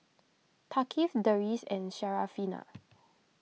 Thaqif Deris and Syarafina